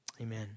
amen